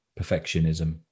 perfectionism